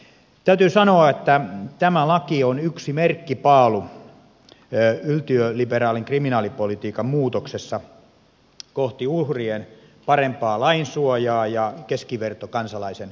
täytyy sanoa että tämä laki on yksi merkkipaalu yltiöliberaalin kriminaalipolitiikan muutoksessa kohti uhrien parempaa lainsuojaa ja keskivertokansalaisen oikeustajua